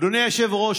אדוני היושב-ראש,